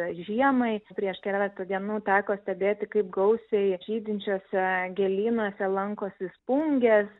žiemai prieš keletą dienų teko stebėti kaip gausiai žydinčiose gėlynuose lankosi spungės